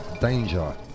danger